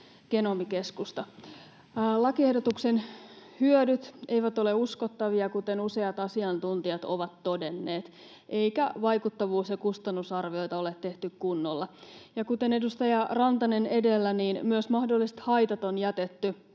Genomikeskusta. Lakiehdotuksen hyödyt eivät ole uskottavia, kuten useat asiantuntijat ovat todenneet, eikä vaikuttavuus‑ ja kustannusarvioita ole tehty kunnolla. Ja kuten edustaja Rantanen edellä, myös mahdolliset haitat on jätetty